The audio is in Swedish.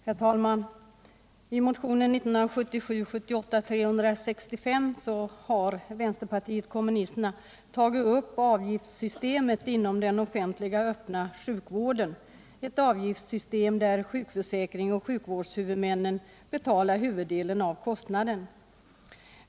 Herr talman! I motionen 1977/78:365 har vänsterpartiet kommunisterna tagit upp avgiftssystemet inom den offentliga öppna sjukvården — ett avgiftssystem där sjukförsäkringen och sjukvårdshuvudmännen betalar huvuddelen av kostnaden.